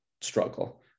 struggle